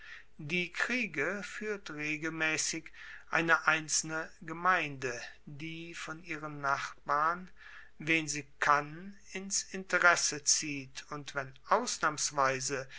die kriege fuehrt regelmaessig eine einzelne gemeinde die von ihren nachbarn wen sie kann ins interesse zieht und wenn ausnahmsweise